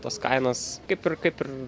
tos kainos kaip ir kaip ir